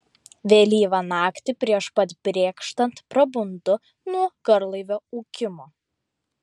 vėlyvą naktį prieš pat brėkštant prabundu nuo garlaivio ūkimo